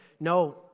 no